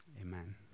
Amen